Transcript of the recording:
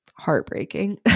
heartbreaking